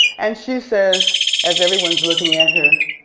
and she says as everyone is looking at her